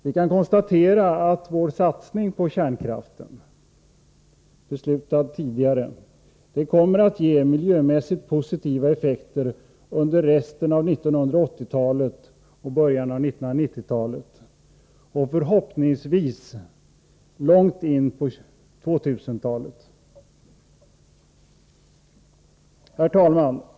Vi kan konstatera att vår satsning på kärnkraft, som beslutats tidigare, kommer att ge miljömässigt positiva effekter under resten av 1980-talet och början av 1990-talet — ja, förhoppningsvis långt in på 2 000-talet. Herr talman!